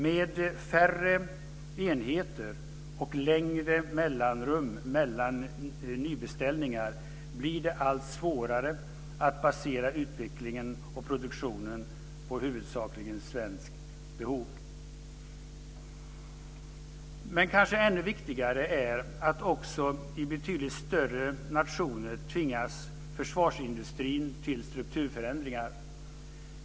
Med färre enheter och längre mellanrum mellan nybeställningar blir det allt svårare att basera utvecklingen och produktionen på huvudsakligen svenska behov. Men det är kanske ännu viktigare att försvarsindustrin också i betydligt större nationer tvingas till strukturförändringar.